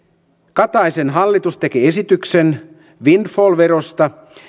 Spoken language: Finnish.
kataisen hallitus teki esityksen windfall verosta